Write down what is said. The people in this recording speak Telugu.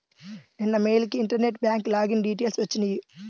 నిన్న మెయిల్ కి ఇంటర్నెట్ బ్యేంక్ లాగిన్ డిటైల్స్ వచ్చినియ్యి